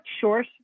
short